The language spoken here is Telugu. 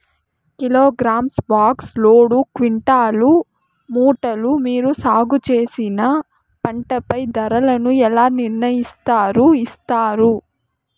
కిలోగ్రామ్, బాక్స్, లోడు, క్వింటాలు, మూటలు మీరు సాగు చేసిన పంటపై ధరలను ఎలా నిర్ణయిస్తారు యిస్తారు?